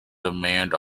demand